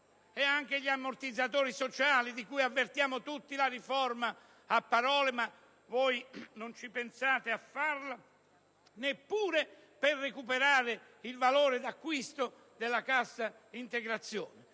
degli ammortizzatori sociali, la cui urgenza è da tutti avvertita, a parole, voi non ci pensate a farla, neppure per recuperare il valore d'acquisto della cassa integrazione.